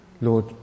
Lord